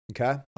Okay